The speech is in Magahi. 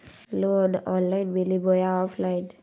लोन ऑनलाइन मिली बोया ऑफलाइन?